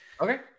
okay